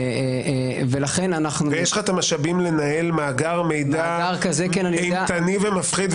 האם יש לך את המשאבים לנהל מאגר מידע אימתני ומפחיד,